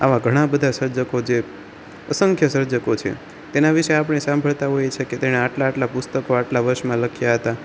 આવા ઘણા બધા સર્જકો જે અસંખ્ય સર્જકો છે તેના વિષે આપણે સાંભળતા હોઈએ છે કે તેણે આટલા આટલા પુસ્તકો આટલા વર્ષમાં લખ્યા હતા